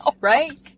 Right